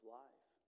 life